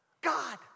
God